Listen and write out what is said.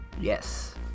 yes